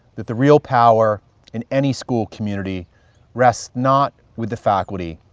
that the real power in any school community rests, not with the faculty,